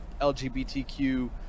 LGBTQ